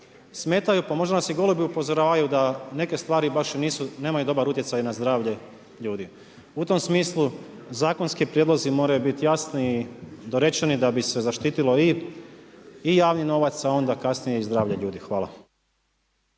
smetaju, pa možda nas i golubi upozoravaju da neke stvari baš i nisu, nemaju dobar utjecaj na zdravlje ljudi. U tom smislu, zakonski prijedlozi moraju biti jasni i dorečeni da bi se zaštitilo i javni novac, a onda kasnije i zdravlje ljudi. Hvala.